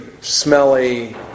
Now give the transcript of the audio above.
smelly